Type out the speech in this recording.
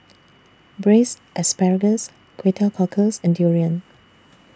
Braised Asparagus Kway Teow Cockles and Durian